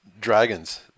Dragons